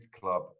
club